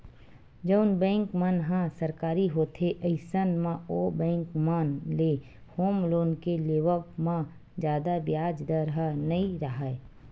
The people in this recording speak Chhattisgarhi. जउन बेंक मन ह सरकारी होथे अइसन म ओ बेंक मन ले होम लोन के लेवब म जादा बियाज दर ह नइ राहय